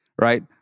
right